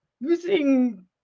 using